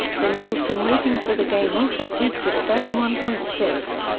the nielsen ratings for the game also peaked at thirty one point six.